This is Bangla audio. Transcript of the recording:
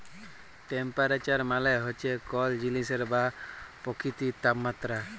টেম্পারেচার মালে হছে কল জিলিসের বা পকিতির তাপমাত্রা